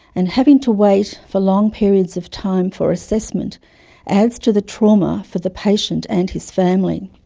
and having to wait for long periods of time for assessment adds to the trauma for the patient and his family.